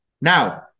Now